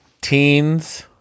teens